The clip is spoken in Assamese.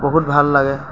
বহুত ভাল লাগে